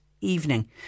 evening